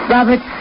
Robert